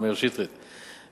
מאיר שטרית,